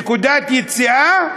נקודת היציאה,